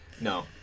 no